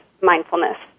mindfulness